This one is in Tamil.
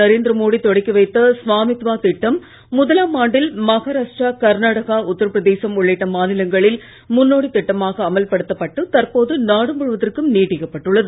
நரேந்திர மோடி தொடக்கி வைத்த ஸ்வாமித்வா திட்டம் முதலாம் ஆண்டில் மகாராஷ்ட்ரா கர்நாடகா உத்தரபிரதேசம் உள்ளிட்ட மாநிலங்களில் முன்னோடித் திட்டமாக அமல்படுத்தப்பட்டு தற்போது நாடு முழுவதற்கும் நீட்டிக்கப் பட்டுள்ளது